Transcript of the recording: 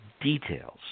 details